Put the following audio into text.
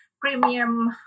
premium